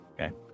okay